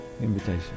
invitation